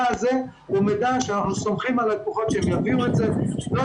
אנחנו סומכים על הלקוחות שיביאו את המידע הזה.